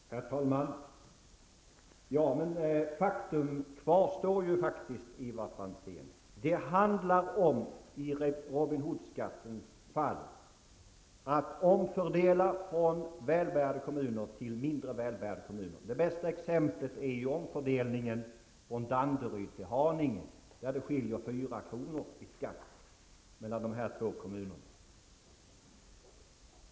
Herr talman! Faktum kvarstår ju, Ivar Franzén, att det handlar om i Robin Hood-skattens fall att omfördela från välbärgade kommuner till mindre välbärgade kommuner. Det bästa exemplet är omfördelning från Danderyd till Haninge, där det skiljer 4 kr. mellan de två kommunerna.